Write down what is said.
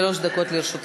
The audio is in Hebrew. היום צוין